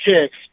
kicks